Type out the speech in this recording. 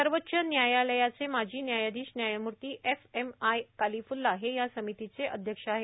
सर्वोच्च न्यायालयाचे माजी न्यायाषीश्व न्यायमूर्ती एफएम आय कालीफुल्ला हे या समितीचे अध्यक्ष आहेत